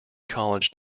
college